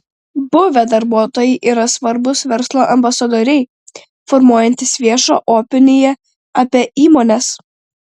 buvę darbuotojai yra svarbūs verslo ambasadoriai formuojantys viešą opiniją apie įmones